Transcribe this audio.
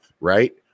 right